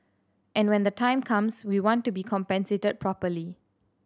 and when the time comes we want to be compensated properly